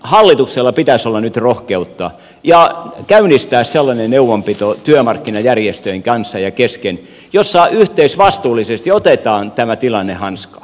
hallituksella pitäisi olla nyt rohkeutta käynnistää sellainen neuvonpito työmarkkinajärjestöjen kanssa ja kesken jossa yhteisvastuullisesti otetaan tämä tilanne hanskaan